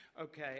Okay